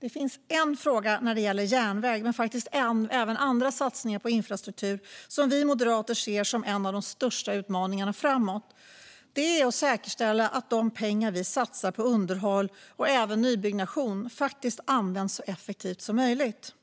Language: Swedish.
Det finns en fråga när det gäller järnväg men även andra satsningar på infrastruktur som vi moderater ser som en av de största utmaningarna framåt: att säkerställa att de pengar vi satsar på underhåll och även nybyggnation faktiskt används så effektivt som möjligt.